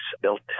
built